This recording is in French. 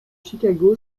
chicago